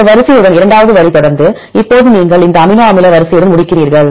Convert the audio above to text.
இந்த வரிசையுடன் இரண்டாவது வரி தொடர்ந்தது இப்போது நீங்கள் இந்த அமினோ அமில வரிசையுடன் முடிக்கிறீர்கள்